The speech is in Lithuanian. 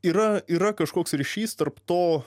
yra yra kažkoks ryšys tarp to